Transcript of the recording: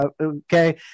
Okay